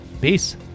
Peace